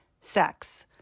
sex